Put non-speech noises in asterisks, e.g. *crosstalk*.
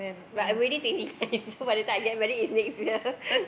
but I'm already twenty nine *laughs* so by the time I get married it's next year *laughs*